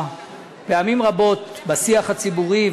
פעמים רבות בשיח הציבורי,